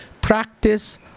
Practice